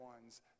ones